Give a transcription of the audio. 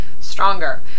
stronger